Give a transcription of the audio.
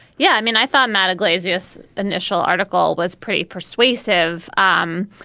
yeah i mean i thought matt iglesias initial article was pretty persuasive. um